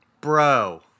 Bro